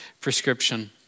prescription